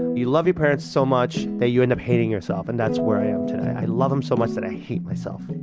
you love your parents so much that you end up hating yourself. and that's where i am today i love em so much that i hate myself.